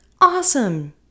Awesome